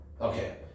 okay